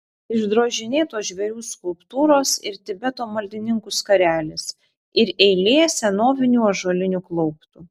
išdrožinėtos žvėrių skulptūros ir tibeto maldininkų skarelės ir eilė senovinių ąžuolinių klauptų